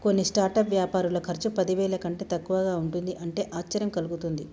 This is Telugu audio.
కొన్ని స్టార్టప్ వ్యాపారుల ఖర్చు పదివేల కంటే తక్కువగా ఉంటుంది అంటే ఆశ్చర్యం కలుగుతుంది